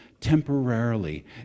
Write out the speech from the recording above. temporarily